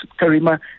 Karima